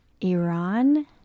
Iran